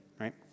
right